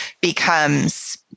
Becomes